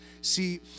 See